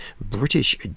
British